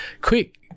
Quick